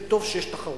וטוב שיש תחרות.